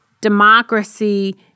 democracy